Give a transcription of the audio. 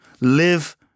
live